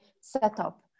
setup